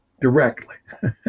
directly